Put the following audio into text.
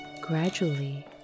Gradually